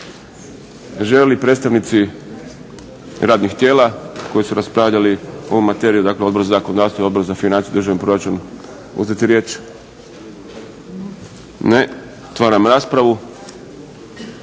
li predstavnici radnih tijela koji su raspravljali ovu materiju, dakle Odbor za zakonodavstvo i Odbor za financije i državni proračun uzeti riječ? Ne. Otvaram raspravu.